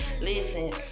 Listen